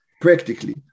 practically